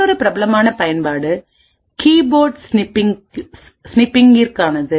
மற்றொரு பிரபலமான பயன்பாடு கீபோர்டு ஸ்னிஃபிங்கிற்கானது